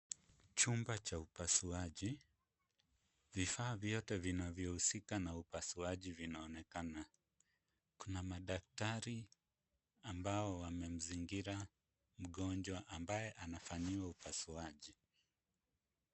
Chumba cha upasuaji. Vifaa vyote vinavyohusika na upasuaji vinaonekana. Kuna madaktari ambao wamemzingira mgonjwa ambaye anafanyiwa upasuaji.